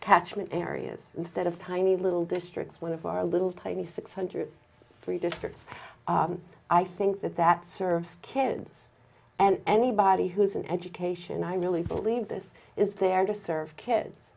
catchment areas instead of tiny little districts one of our little tiny six hundred three difference i think that that serves kids and anybody who's an education i really believe this is there to serve kids